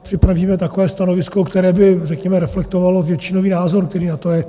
Připravíme takové stanovisko, které by, řekněme, reflektovalo většinový názor, který na to je.